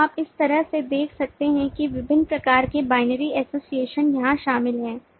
तो आप इस तरह से देख सकते हैं कि विभिन्न प्रकार के binary एसोसिएशन यहां शामिल हैं